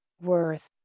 worth